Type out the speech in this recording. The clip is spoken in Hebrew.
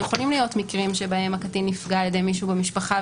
כי יכולים להיות מקרים שבהם הקטין נפגע על ידי מישהו במשפחה,